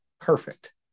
perfect